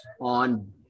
on